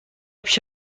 پیش